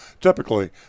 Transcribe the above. Typically